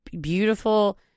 beautiful